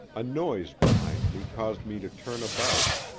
a noise behind me caused me to turn about.